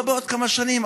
לא בעוד כמה שנים,